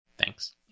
Thanks